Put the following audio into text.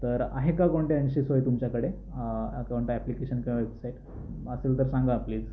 तर आहे का कोणती अशी सोय तुमच्याकडे कोणतं ऍप्लिकेशन किंवा वेबसाईट असेल तर सांगा प्लिज